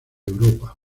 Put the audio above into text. europa